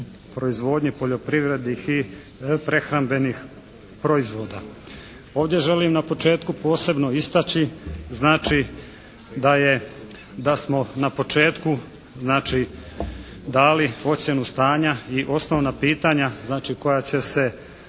proizvodnji poljoprivrednih i prehrambenih proizvoda. Ovdje želim na početku posebno istaći znači da smo na početku znači dali ocjenu stanja i osnovna pitanja znači koja će se